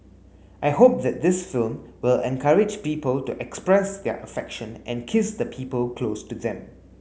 I hope that this film will encourage people to express their affection and kiss the people close to them